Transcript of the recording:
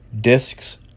Discs